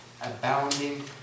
abounding